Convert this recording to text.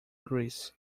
greece